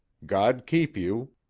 god keep you.